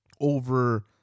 over